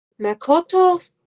Makoto